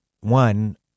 one